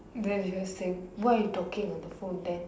then she just saying why you talking on the phone then